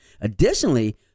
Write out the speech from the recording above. Additionally